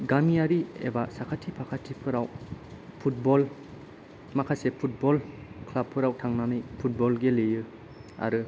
गामियारि एबा साखाथि फाखाथिफोराव फुटबल माखासे फुटबल क्लाब फोराव थांनानै फुटबल गेलेयो आरो